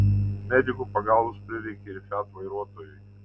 medikų pagalbos prireikė ir fiat vairuotojui